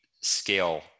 scale